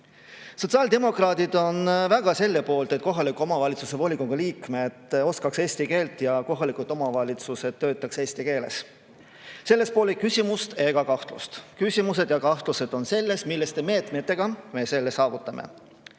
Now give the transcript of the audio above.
Sotsiaaldemokraadid on väga selle poolt, et kohaliku omavalitsuse volikogu liikmed oskaks eesti keelt ja kohalikud omavalitsused töötaks eesti keeles. Selles pole küsimust ega kahtlust. Küsimused ja kahtlused on selles, milliste meetmetega me selle saavutame.